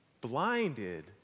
blinded